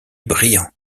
brillant